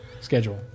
schedule